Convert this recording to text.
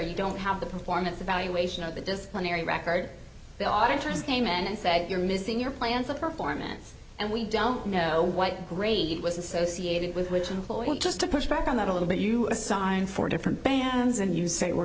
or you don't have the performance evaluation of the disciplinary record the auditors came in and say you're missing your plans with performance and we don't know what grade was associated with which employee just to push back on that a little bit you assign four different bands and you say we're